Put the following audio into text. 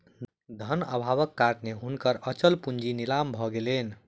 धन अभावक कारणेँ हुनकर अचल पूंजी नीलाम भ गेलैन